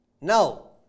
Now